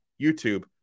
YouTube